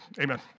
Amen